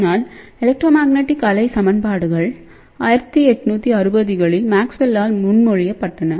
ஆனால் எலக்ட்ரோமேக்னடிக் அலை சமன்பாடுகள் 1860 களில் மேக்ஸ்வெல்லால் முன்மொழியப்பட்டன